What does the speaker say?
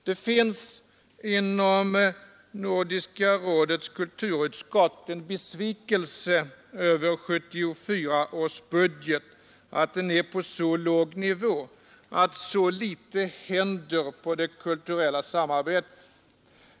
Det finns inom Nordiska rådets kulturutskott en besvikelse över att 1974 års budget är på så låg nivå, att så litet händer på det kulturella samarbetets område.